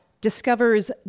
discovers